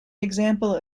example